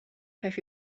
have